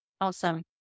Awesome